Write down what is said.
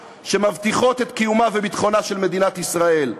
שמבטיחות את קיומה וביטחונה של מדינת ישראל.